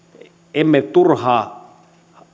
emme turhaan